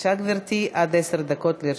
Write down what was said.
בבקשה, גברתי, עד עשר דקות לרשותך.